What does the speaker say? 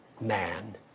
man